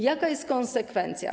Jaka jest konsekwencja?